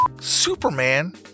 Superman